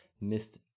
missed